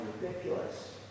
ridiculous